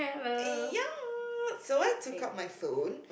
and ya so I took out my phone